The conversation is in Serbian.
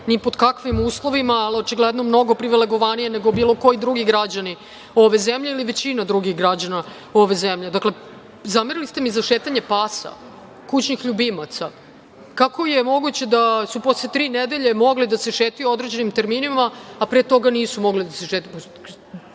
ni pod kakvim uslovima, ali očigledno mnogo privilegovanije, nego bilo koji drugi građanin ove zemlje ili većina drugih građana ove zemlje. Dakle, zamerili ste mi za šetanje pasa, kućnih ljubimaca. Kako je moguće da su posle tri nedelje mogli da se šetaju u određenim terminima, a pre toga nisu mogli da se šetaju?